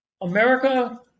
America